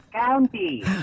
County